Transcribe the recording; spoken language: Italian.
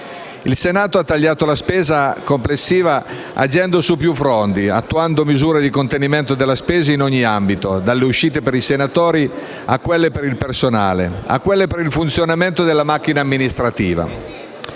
Il Senato ha tagliato la spesa complessiva agendo su più fronti, attuando misure di contenimento della spesa in ogni ambito, dalle uscite per i senatori a quelle per il personale, a quelle per il funzionamento della macchina amministrativa.